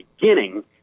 beginning